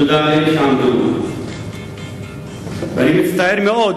תודה לאלה שעמדו, ואני מצטער מאוד